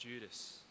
Judas